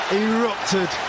erupted